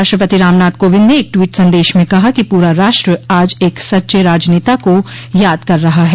राष्ट्रपति रामनाथ कोविंद ने एक ट्वीट संदेश में कहा कि पूरा राष्ट्र आज एक सच्चे राजनेता को याद कर रहा है